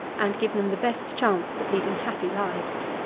and give them the best chance of leading happy lives.